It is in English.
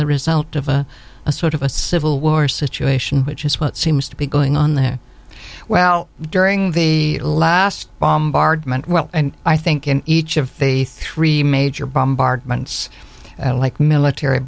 the result of a sort of a civil war situation which is what seems to be going on there well during the last bombardment well i think in each of the three major bombardments like military